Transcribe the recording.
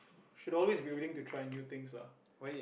should always be willing to try new things lah